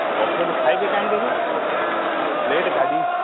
ଆଉ ବଫେରେ ଖାଇବେ କାହିଁ ଯେ ହେଲେ ପ୍ଲେଟ୍ କାଡ଼ି